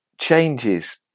changes